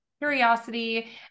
curiosity